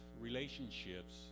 relationships